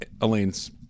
Elaine's